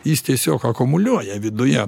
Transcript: jis tiesiog akumuliuoja viduje